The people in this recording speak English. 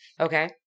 Okay